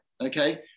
okay